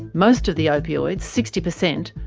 most of the opioids, sixty percent,